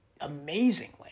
amazingly